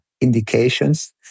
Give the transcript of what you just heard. indications